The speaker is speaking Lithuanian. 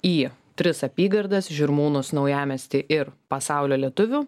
į tris apygardas žirmūnus naujamiestį ir pasaulio lietuvių